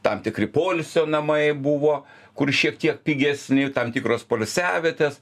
tam tikri poilsio namai buvo kur šiek tiek pigesni tam tikros poilsiavietės